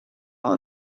all